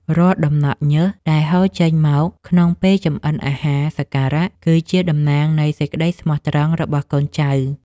រាល់ដំណក់ញើសដែលហូរចេញមកក្នុងពេលចម្អិនអាហារសក្ការៈគឺជាតំណាងនៃសេចក្តីស្មោះត្រង់របស់កូនចៅ។